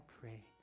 pray